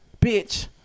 bitch